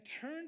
turn